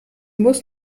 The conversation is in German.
muss